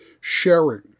sharing